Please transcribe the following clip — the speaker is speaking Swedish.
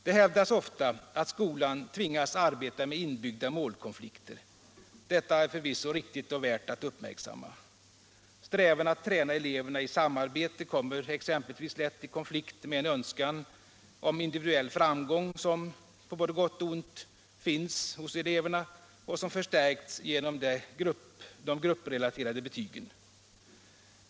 Det hävdas ofta att skolan tvingas arbeta med inbyggda målkonflikter. Detta är förvisso riktigt och värt att uppmärksamma. Strävan att träna eleverna i samarbete kommer exempelvis lätt i konflikt med en önskan om individuell framgång som — på både gott och ont — finns hos eleverna och som förstärks genom de grupprelaterade betygen.